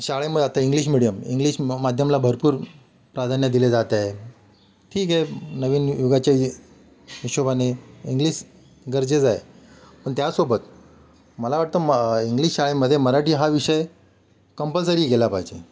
शाळेमध्ये आता English medium English माध्यमाला भरपूर प्राधान्य दिले जात आहे ठीक आहे नवीन युगाच्या ई हिशोबाने इंग्लिस गरजेचा आहे पण त्यासोबत मला वाटतं म इंग्लिश शाळेमध्ये मराठी हा विषय कंपल्सरी केला पाहिजे